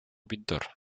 pintor